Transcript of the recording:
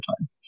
time